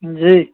جی